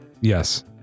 Yes